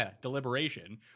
deliberation